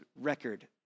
record